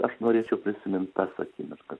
aš norėčiau prisimint tas akimirkas